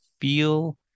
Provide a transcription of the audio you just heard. feel